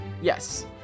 Yes